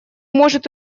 может